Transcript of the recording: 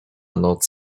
noc